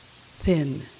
thin